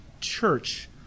church